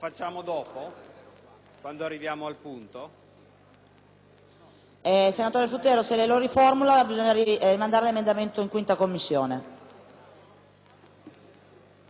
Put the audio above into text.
Ho una riformulazione da sottoporre al Governo e quindi chiederei l'accantonamento di